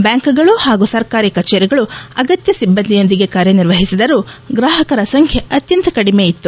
ಬ್ಬಾಂಕ್ಗಳು ಹಾಗೂ ಸರ್ಕಾರಿ ಕಚೇರಿಗಳು ಅಗತ್ತ ಸಿಬ್ಬಂದಿಯೊಂದಿಗೆ ಕಾರ್ಯನಿರ್ವಹಿಸಿದರೂ ಗ್ರಾಹಕರ ಸಂಖ್ಯೆ ಅತ್ಯಂತ ಕಡಿಮೆ ಇತ್ತು